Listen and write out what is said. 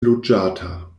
loĝata